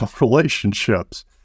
relationships